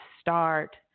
start